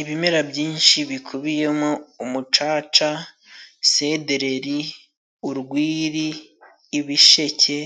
Ibimera byinshi bikubiyemo :umucaca, sedereri ,urwiri ibisheke,